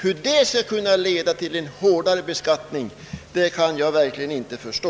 Hur detta skall kunna leda till en hårdare beskattning kan jag verkligen inte förstå.